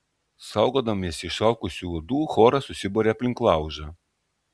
saugodamiesi išalkusių uodų choras susiburia aplink laužą